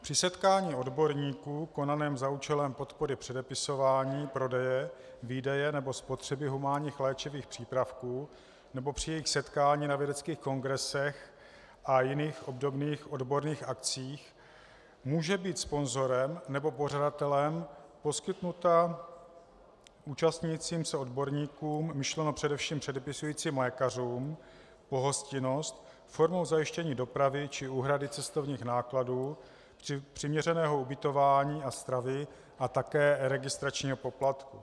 Při setkání odborníků konaném za účelem podpory předepisování, prodeje, výdeje nebo spotřeby humánních léčivých přípravků nebo při jejich setkání na vědeckých kongresech a jiných obdobných odborných akcích může být sponzorem nebo pořadatelem poskytnuta účastnícím se odborníkům, myšleno především předepisujícím lékařům, pohostinnost formou zajištění dopravy či úhrady cestovních nákladů, přiměřeného ubytování a stravy a také registračního poplatku.